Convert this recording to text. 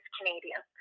Canadian